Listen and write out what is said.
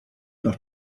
noch